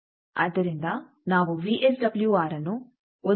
ಆದ್ದರಿಂದ ನಾವು ವಿಎಸ್ಡಬ್ಲ್ಯೂಆರ್ಅನ್ನು 1